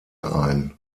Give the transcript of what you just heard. ein